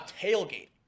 tailgate